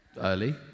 Early